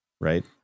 right